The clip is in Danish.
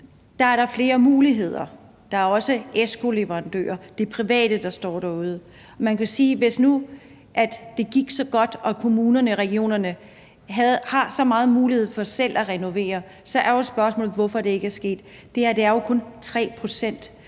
er der flere muligheder – der er også ESCO-leverandører og de private, der står parat derude. Man kan sige, at hvis nu det gik så godt, og kommunerne og regionerne har så mange muligheder for selv at renovere, så er det et spørgsmål, hvorfor det ikke er sket. Det her er jo kun 3 pct.